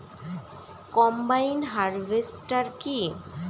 Combine harvester কি?